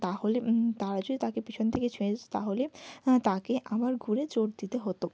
তাহলে তারা যদি তাকে পিছন থেকে ছুঁয়ে দিত তাহলে তাকে আবার ঘুরে চোর দিতে হতো